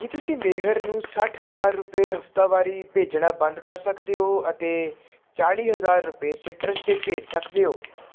ਕੀ ਤੁਸੀਂ ਮੇਹਰ ਨੂੰ ਸੱਠ ਹਜ਼ਾਰ ਰੁਪਏ ਹਫ਼ਤਾਵਾਰੀ ਭੇਜਣਾ ਬੰਦ ਕਰ ਸਕਦੇ ਹੋ ਅਤੇ ਚਾਲੀ ਹਜ਼ਾਰ ਰੁਪਏ ਸੀਟਰਸ 'ਤੇ ਭੇਜ ਸਕਦੇ ਹੋ